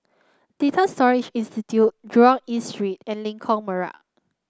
Data Storage Institute Jurong East Street and Lengkok Merak